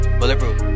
bulletproof